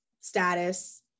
status